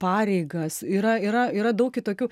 pareigas yra yra yra daug kitokių